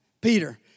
Peter